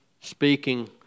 speaking